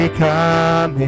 come